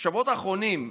בשבועות האחרונים,